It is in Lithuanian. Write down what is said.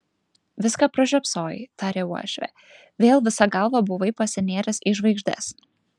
viską pražiopsojai tarė uošvė vėl visa galva buvai pasinėręs į žvaigždes